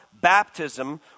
baptism